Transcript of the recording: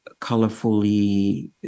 colorfully